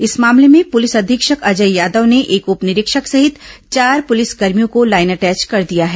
इस मामले में पुलिस अधीक्षक अजय यादव ने एक उप निरीक्षक सहित चार पुलिसकर्भियों को लाइन अटैच कर दिया है